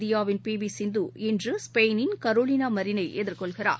இந்தியாவின் பிவிசிந்துஇன்று ஸ்பெயினின் கரோலினாமரினைஎதிர்கொள்கிறார்